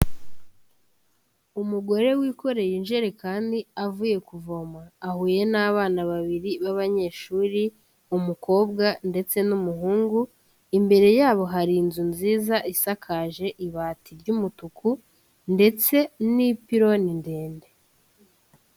Umugore wikoreye injerekani avuye kuvoma, ahuye n'abana babiri b'abanyeshuri umukobwa ndetse n'umuhungu, imbere yabo hari inzu nziza isakaje ibati ry'umutuku ndetse n'ipironi ndende.